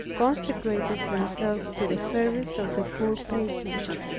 consecrated themselves to the service of the poor patients.